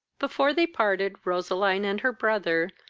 before they parted, roseline and her brother,